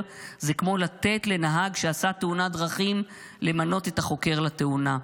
זה כמו לתת לנהג שעשה תאונת דרכים למנות את החוקר לתאונה.